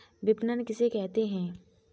विपणन किसे कहते हैं?